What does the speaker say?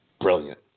brilliant